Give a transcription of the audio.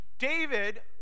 David